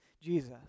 Jesus